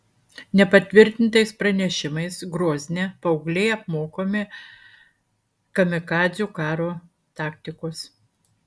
nepatvirtintais pranešimais grozne paaugliai apmokomi kamikadzių karo taktikos